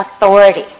authority